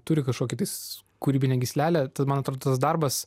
turi kažkokį tais kūrybinę gyslelę tai man atrodo tas darbas